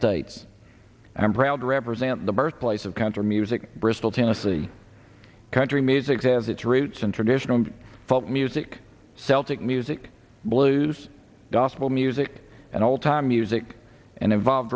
states and i'm proud to represent the birthplace of counter music bristol tennessee country music has its roots in traditional folk music celtic music blues gospel music and all time music and evolved